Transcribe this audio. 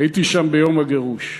הייתי שם ביום הגירוש.